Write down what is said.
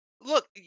Look